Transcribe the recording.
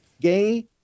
gay